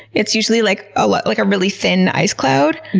it's usually like ah like a really thin ice cloud.